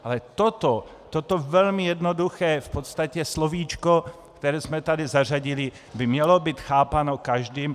Ale toto, toto velmi jednoduché v podstatě slovíčko, které jsme tady zařadili, by mělo být chápáno každým.